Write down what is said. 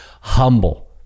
humble